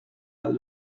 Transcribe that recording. ahal